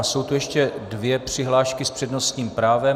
Jsou tu ještě dvě přihlášky s přednostním právem.